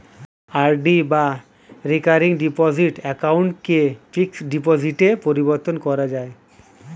RD বা recurring deposit অ্যাকাউন্টকে fixed ডিপোজিটে পরিবর্তন করা যায়